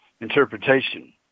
interpretation